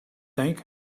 think